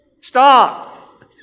stop